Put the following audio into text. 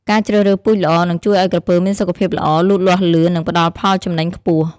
ការជ្រើសរើសពូជល្អនឹងជួយឲ្យក្រពើមានសុខភាពល្អ លូតលាស់លឿន និងផ្តល់ផលចំណេញខ្ពស់។